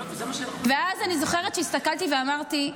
אני זוכרת שהסתכלתי ואמרתי: